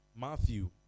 Matthew